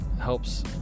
helps